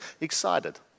excited